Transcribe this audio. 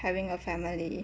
having a family